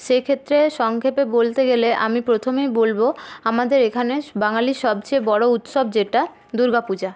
সেক্ষেত্রে সংক্ষেপে বলতে গেলে আমি প্রথমেই বলবো আমাদের এখানে বাঙালি সবচেয়ে বড়ো উৎসব যেটা দুর্গা পূজা